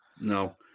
No